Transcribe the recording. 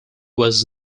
was